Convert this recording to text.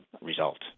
result